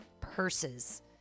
purses